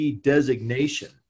designation